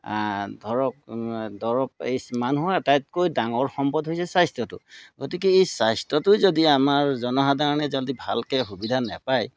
ধৰক দৰৱ এই মানুহৰ আটাইতকৈ ডাঙৰ সম্পদ হৈছে স্বাস্থ্যটো গতিকে এই স্বাস্থ্যটোৱে যদি আমাৰ জনসাধাৰণে যদি ভালকৈ সুবিধা নেপায়